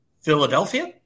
Philadelphia